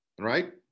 right